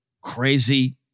crazy